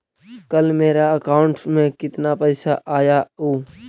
कल मेरा अकाउंटस में कितना पैसा आया ऊ?